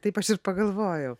taip aš ir pagalvojau